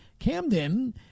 camden